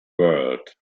world